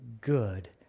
good